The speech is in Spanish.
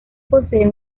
posee